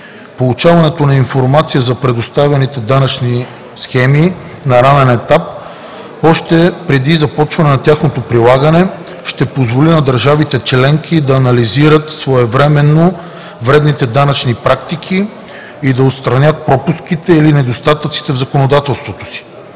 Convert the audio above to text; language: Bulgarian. Получаването на информация за предоставяните данъчни схеми на ранен етап, още преди започване на тяхното прилагане, ще позволи на държавите членки да анализират своевременно вредните данъчни практики и да отстранят пропуските или недостатъците в законодателството си.